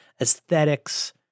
aesthetics